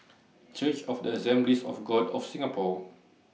Church of The Assemblies of God of Singapore